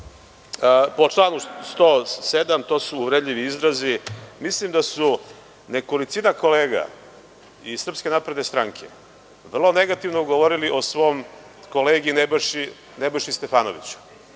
po članu 107, a to su uvredljivi izrazi. Mislim da je nekolicina kolega iz SNS vrlo negativno govorila o svom kolegi Nebojši Stefanoviću